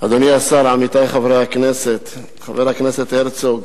אדוני השר, עמיתי חברי הכנסת, חבר הכנסת הרצוג,